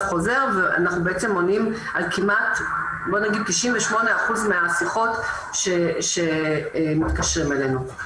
חוזר ואנחנו בעצם עונים על כמעט 98% מהשיחות שמתקשרים אלינו.